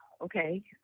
okay